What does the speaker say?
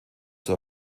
zur